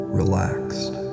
relaxed